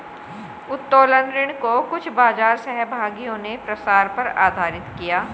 उत्तोलन ऋण को कुछ बाजार सहभागियों ने प्रसार पर आधारित किया